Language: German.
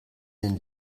den